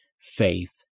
faith